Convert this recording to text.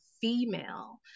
female